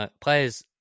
players